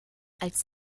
als